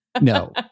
No